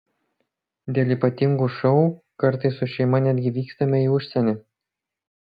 dėl ypatingų šou kartais su šeima netgi vykstame į užsienį